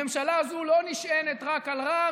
הממשלה הזו לא נשענת רק על רע"מ,